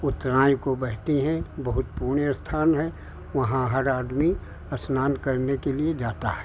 उत्तरायण को बहती हैं बहुत पुण्य स्थान हैं वहाँ हर आदमी स्नान करने के लिए जाता है